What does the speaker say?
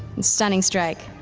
and stunning strike.